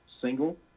single